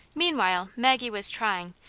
meanwhile maggie was trying,